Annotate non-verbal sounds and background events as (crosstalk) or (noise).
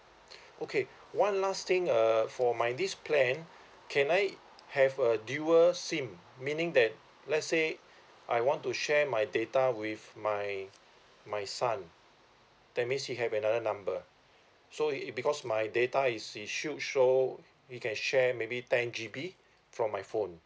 (breath) okay one last thing uh for my this plan can I have a dual sim meaning that let's say (breath) I want to share my data with my my son that means he have another number (breath) so it because my data is issued so he can share maybe ten gb from my phone